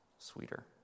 sweeter